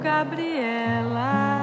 Gabriela